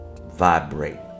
vibrate